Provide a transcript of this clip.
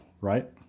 right